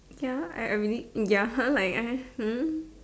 ya I I really mm ya like I hmm